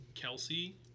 Kelsey